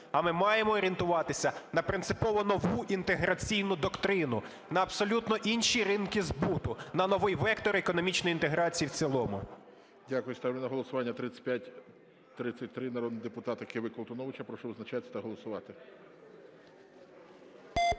а ми маємо орієнтуватися на принципово нову інтеграційну доктрину, на абсолютно інші ринки збуту, на новий вектор економічної інтеграції в цілому. ГОЛОВУЮЧИЙ. Дякую. Ставлю на голосування 3533 народних депутатів Киви, Колтуновича. Прошу визначатись та голосувати.